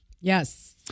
Yes